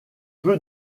peu